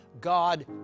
God